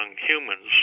humans